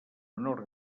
menor